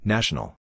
National